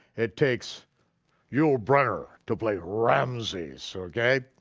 it takes yul brynner to play ramesses, okay?